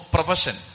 Profession